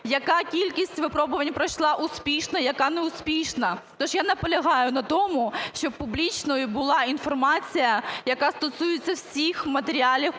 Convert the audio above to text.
яка кількість випробувань пройшла успішно, яка не успішна. То ж я наполягаю на тому, щоб публічною була інформація, яка стосується всіх матеріалів